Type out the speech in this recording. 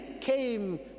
came